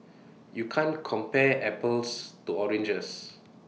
you can't compare apples to oranges